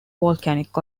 volcanic